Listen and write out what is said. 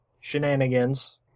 shenanigans